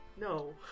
No